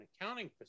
accounting